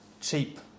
Cheap